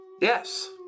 Yes